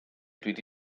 rydw